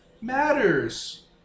matters